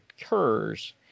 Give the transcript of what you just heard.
occurs